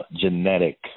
genetic